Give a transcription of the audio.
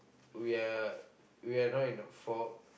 we are we're not in the fault